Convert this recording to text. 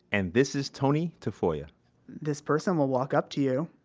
and this is tony tafoya this person will walk up to you,